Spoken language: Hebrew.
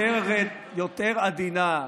עדינה,